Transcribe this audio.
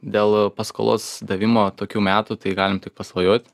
dėl paskolos davimo tokių metų tai galim tik pasvajot